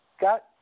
got